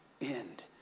end